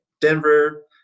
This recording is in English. denver